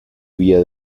vía